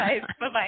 Bye-bye